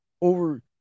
over